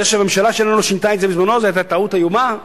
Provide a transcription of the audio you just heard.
זה שהממשלה שלנו שינתה את זה בזמנה זאת היתה טעות איומה,